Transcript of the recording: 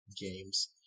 games